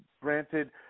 granted